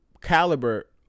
caliber